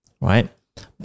right